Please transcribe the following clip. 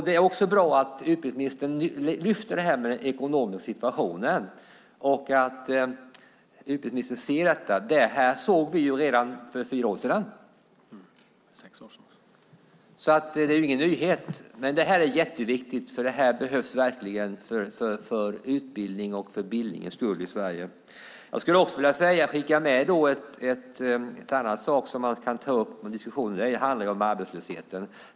Det är också bra att utbildningsministern lyfter det här med den ekonomiska situationen och att utbildningsministern ser detta. Det här såg vi redan för fyra år sedan, så det är ingen nyhet. Men det här är jätteviktigt. Det här behövs verkligen för utbildningens och för bildningens skull i Sverige. Jag skulle också vilja skicka med en annan sak som man kan ta upp i de här diskussionerna. Det handlar om arbetslösheten.